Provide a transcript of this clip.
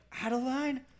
Adeline